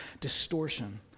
distortion